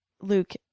luke